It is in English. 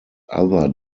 other